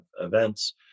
events